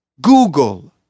Google